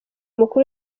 mukuru